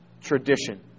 tradition